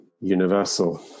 universal